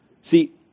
See